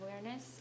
awareness